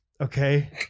Okay